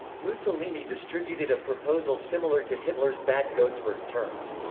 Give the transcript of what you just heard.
mussolini distributed a proposal similar to hitler's bad godesberg terms.